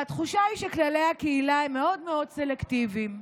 והתחושה היא שכללי הקהילה הם מאוד מאוד סלקטיביים.